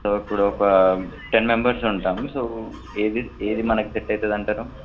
so ఇప్పుడు ఒక ten members ఉంటాము సో ఏది ఏది మనకు సెట్ అవుతుంది అంటారు